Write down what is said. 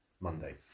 Monday